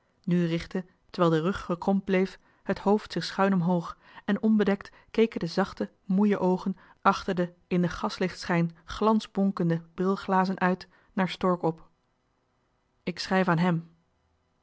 richtte terwijl de rug gekromd bleef het hoofd zich schuin omhoog en onbedekt keken de zachte moeë oogen achter de in den gaslichtschijn glansbonkende bril glazen uit naar stork op ik schrijf aan hem